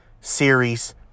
Series